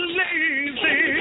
lazy